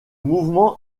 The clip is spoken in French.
mouvement